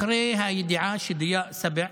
אחרי הידיעה שדיא סבע,